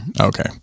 Okay